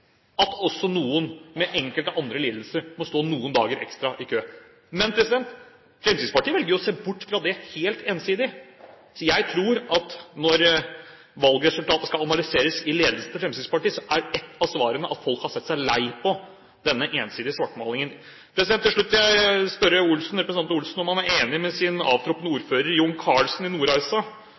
at også noen med enkelte andre lidelser må stå noen dager ekstra i kø. Men Fremskrittspartiet velger helt ensidig å se bort fra det. Jeg tror at når valgresultatet skal analyseres i ledelsen i Fremskrittspartiet, er ett at svarene at folk har sett seg lei på denne ensidige svartmalingen. Til slutt vil jeg spørre representanten Olsen om han er enig med avtroppende ordfører John Karlsen i Nordreisa,